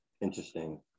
interesting